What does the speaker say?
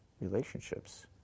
relationships